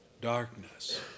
darkness